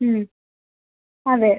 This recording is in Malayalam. അതെ